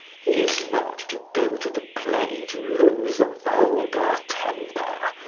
he is not to go to the play to lose a vulgar temper.